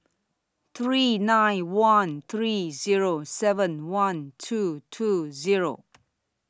three nine one three Zero seven one two two Zero